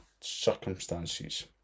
circumstances